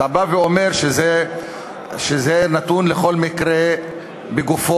אתה בא ואומר שזה נתון לכל מקרה לגופו.